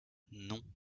non